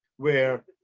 where